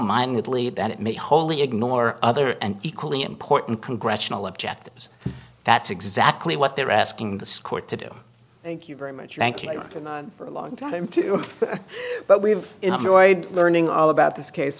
mindedly that it may wholly ignore other and equally important congressional objectives that's exactly what they're asking the court to do thank you very much thank you for a long time too but we've enjoyed learning all about this case